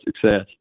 success